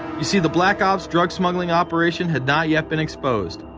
you see, the black ops drug smuggling operation had not yet been exposed,